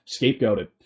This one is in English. scapegoated